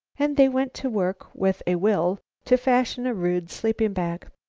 and they went to work with a will to fashion a rude sleeping-bag.